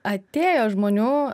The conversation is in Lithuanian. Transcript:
atėjo žmonių